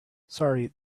sorry